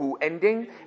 ending